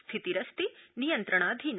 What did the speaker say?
स्थितिरस्ति नियन्त्रणाधीना